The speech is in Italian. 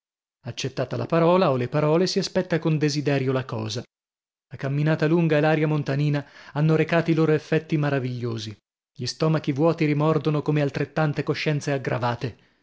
accettata la parola o le parole si aspetta con desiderio la cosa la camminata lunga e l'aria montanina hanno recati i loro effetti maravigliosi gli stomachi vuoti rimordono come altrettante coscienze aggravate